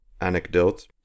anecdote